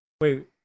Wait